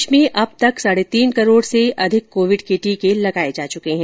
देश में अब तक साढ़े तीन करोड़ से अधिक कोविड के टीके लगाए जा चुके हैं